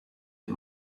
get